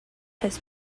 his